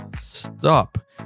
stop